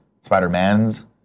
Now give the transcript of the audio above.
Spider-Man's